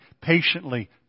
patiently